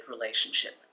relationship